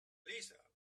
lisa